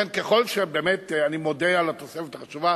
באמת אני מודה על התוספת החשובה.